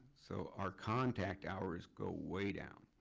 so our contact hours go way down.